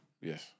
Yes